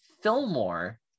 Fillmore